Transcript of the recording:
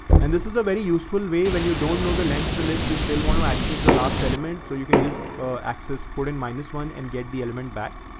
and this is a very useful way when and you don't know the length of the list, you still want to access the last element. so you can just access put in minus one and get the element back.